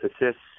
assists